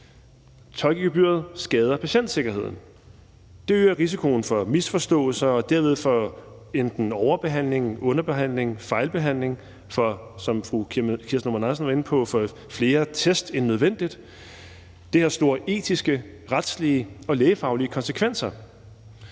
Tolkegebyret skader patientsikkerheden, det øger risikoen for misforståelser og derved også for enten overbehandling, underbehandling, fejlbehandling eller, som fru Kirsten Normann Andersen var inde på, for flere test end nødvendigt, tolkegebyret har store etiske, retslige og lægefaglige konsekvenser,